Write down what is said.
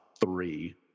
three